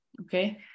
Okay